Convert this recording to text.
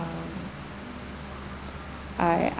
uh I